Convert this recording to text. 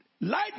Light